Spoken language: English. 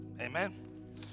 amen